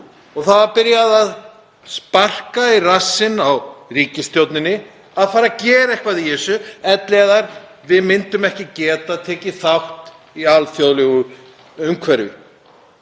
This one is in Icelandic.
og það var byrjað að sparka í rassinn á ríkisstjórninni að fara að gera eitthvað í þessu ellegar myndum við ekki geta tekið þátt í alþjóðlegu umhverfi.